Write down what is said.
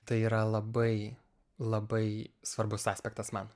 tai yra labai labai svarbus aspektas man